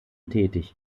tätig